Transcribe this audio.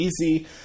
easy